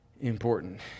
important